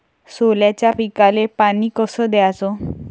सोल्याच्या पिकाले पानी कस द्याचं?